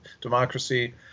democracy